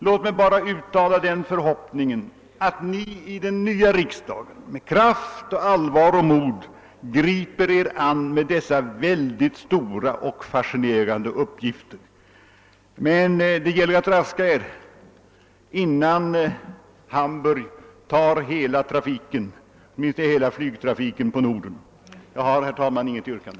Låt mig bara uttala den förhoppningen att ni i den nya riksdagen med kraft, allvar och mod griper er an med dessa ytterligt svåra och fascinerande uppgifter. Men ni måste raska på innan Hamburg tar hela flygtrafiken på Norden. Jag har, herr talman, inget yrkande.